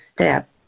step